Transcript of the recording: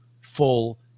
full